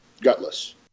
Gutless